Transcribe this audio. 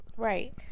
Right